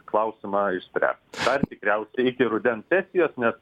klausimą išspręst dar tikriausiai iki rudens sesijos net